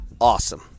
awesome